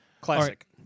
Classic